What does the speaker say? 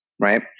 right